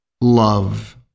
love